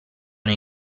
nei